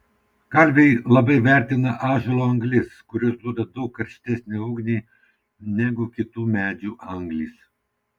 kalviai labai vertina ąžuolo anglis kurios duoda daug karštesnę ugnį negu kitų medžių anglys